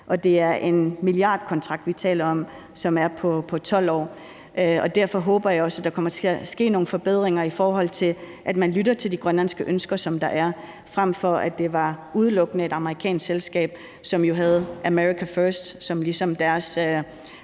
og det er en millardkontrakt, som vi taler om, og som er på 12 år. Derfor håber jeg også, at der kommer til at ske nogle forbedringer, i forhold til at man lytter til de grønlandske ønsker, som der er, i stedet for som det var, da det udelukkende var et amerikansk selskab, som jo havde America first som deres